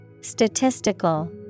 Statistical